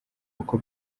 uko